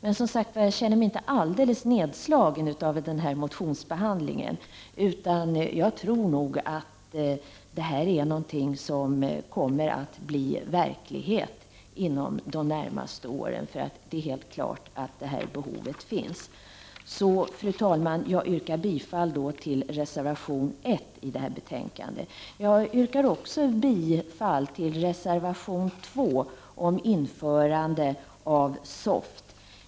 Jag känner mig inte alldeles nedslagen av motionsbehandlingen, utan jag tror att detta är något som kommer att bli verklighet inom de närmaste åren. Det är helt klart att behovet finns. Fru talman! Jag yrkar bifall till reservation 1 i betänkandet. Jag yrkar också bifall till reservation 2 om införandet av SOFT.